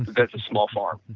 that's a small farm,